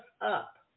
up